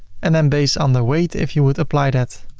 and then based on the weight, if you would apply that,